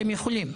אתם יכולים.